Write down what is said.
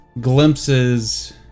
glimpses